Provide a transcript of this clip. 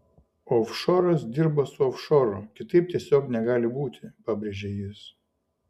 ofšoras dirba su ofšoru kitaip tiesiog negali būti pabrėžė jis